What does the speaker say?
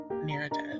Narrative